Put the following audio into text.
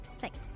Thanks